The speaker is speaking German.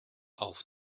auf